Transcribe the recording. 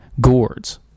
gourds